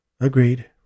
Agreed